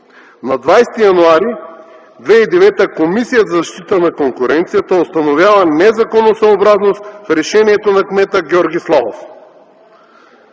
На 20 януари 2009 г. Комисията за защита на конкуренцията установява незаконосъобразност в решението на кмета Георги Славов.